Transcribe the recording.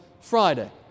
Friday